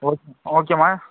okay ஓகேம்மா